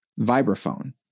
vibraphone